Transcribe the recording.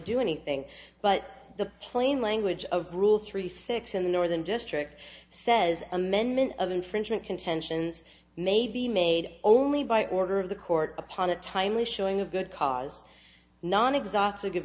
do anything but the plain language of rules three six in the northern district says amendment of infringement contentions may be made only by order of the court upon a timely showing of good cause non ex